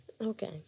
Okay